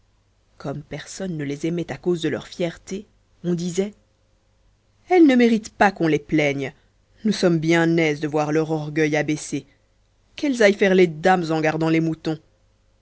comme personne ne les aimait à cause de leur fierté on disait elles ne méritent pas qu'on les plaigne nous sommes bien aises de voir leur orgueil abaissé qu'elles aillent faire les dames en gardant les moutons